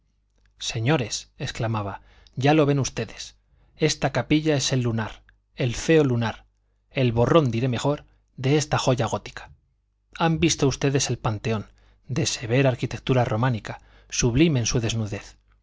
los infanzones señores exclamaba ya lo ven ustedes esta capilla es el lunar el feo lunar el borrón diré mejor de esta joya gótica han visto ustedes el panteón de severa arquitectura románica sublime en su desnudez